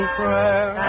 prayer